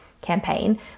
campaign